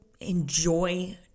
enjoy